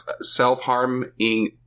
self-harming